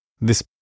This